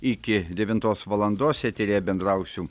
iki devintos valandos eteryje bendrausiu